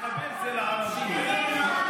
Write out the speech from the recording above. תוריד אותו